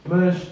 Mas